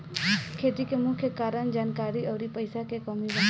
खेती के मुख्य कारन जानकारी अउरी पईसा के कमी बा